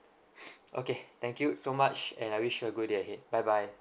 okay thank you so much and I wish you a good day ahead bye bye